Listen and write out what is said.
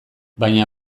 baina